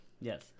yes